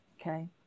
Okay